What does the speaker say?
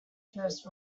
first